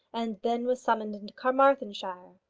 and then was summoned into carmarthenshire.